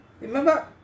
Remember